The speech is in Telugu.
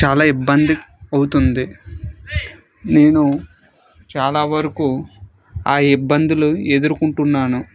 చాలా ఇబ్బంది అవుతుంది నేను చాలా వరకు ఆ ఇబ్బందులు ఎదుర్కొంటున్నాను